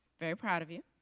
very proud of you.